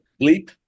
bleep